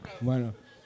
Bueno